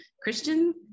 Christian